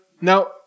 Now